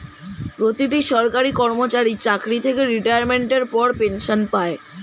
প্রতিটি সরকারি কর্মচারী চাকরি থেকে রিটায়ারমেন্টের পর পেনশন পায়